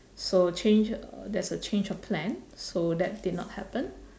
so change uh there's a change of plan so that did not happen